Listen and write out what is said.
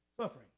Suffering